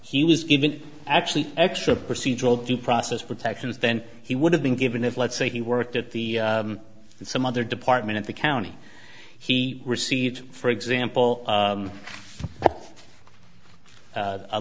he was even actually extra procedural due process protections then he would have been given if let's say he worked at the some other department at the county he received for example